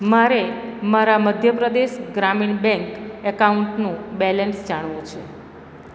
મારે મારા મધ્ય પ્રદેશ ગ્રામીણ બેંક એકાઉન્ટનું બેલેન્સ જાણવું છે